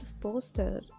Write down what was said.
poster